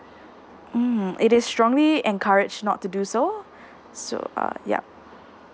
mm it is strongly encouraged not to do so so uh yup